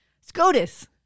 SCOTUS